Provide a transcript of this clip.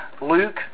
Luke